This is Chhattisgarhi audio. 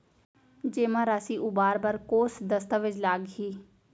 जेमा राशि उबार बर कोस दस्तावेज़ लागही?